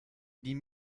die